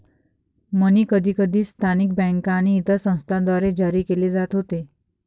मनी कधीकधी स्थानिक बँका आणि इतर संस्थांद्वारे जारी केले जात होते